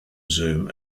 zoom